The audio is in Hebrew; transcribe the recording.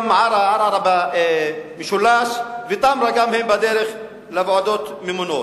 גם ערערה-במשולש ותמרה גם הם בדרך לוועדות ממונות.